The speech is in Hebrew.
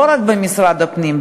לא רק במשרד הפנים,